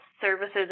services